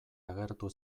agertu